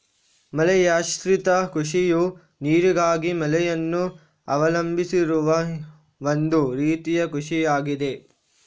ಮಳೆಯಾಶ್ರಿತ ಕೃಷಿಯು ನೀರಿಗಾಗಿ ಮಳೆಯನ್ನು ಅವಲಂಬಿಸಿರುವ ಒಂದು ರೀತಿಯ ಕೃಷಿಯಾಗಿದೆ